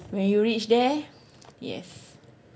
when you reach there yes